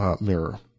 mirror